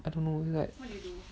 I don't know like